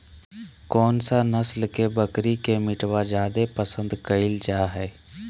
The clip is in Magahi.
कौन सा नस्ल के बकरी के मीटबा जादे पसंद कइल जा हइ?